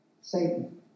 Satan